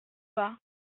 pas